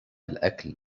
الأكل